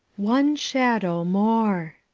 one shadow more!